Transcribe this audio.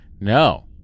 No